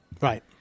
right